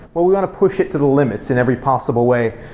well, we're going to push it to the limits in every possible way.